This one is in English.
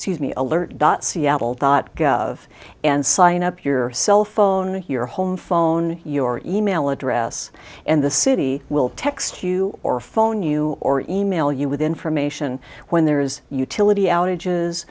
sees me alert dot seattle dot gov and sign up your cell phone your home phone your e mail address and the city will text you or phone you or e mail you with information when there is utility outages